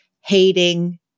hating